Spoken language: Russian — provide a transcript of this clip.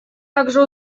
также